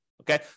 Okay